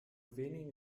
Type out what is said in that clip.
wenigen